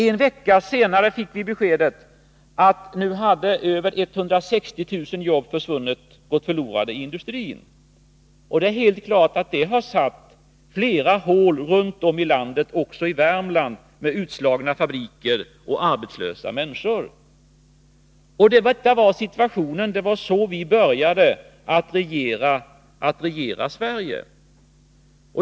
En vecka senare fick vi beskedet att 160 000 jobb nu hade gått förlorade i industrin. Det är helt klart att detta har slagit flera hål runt om i landet, också i Värmland, samt medfört nedlagda fabriker och arbetslösa människor. Det var i den situationen vi började regera Sverige.